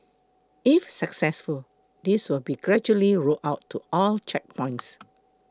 if successful this will be gradually rolled out to all checkpoints